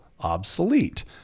obsolete